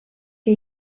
que